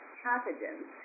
pathogens